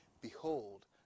Behold